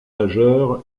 nageurs